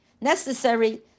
necessary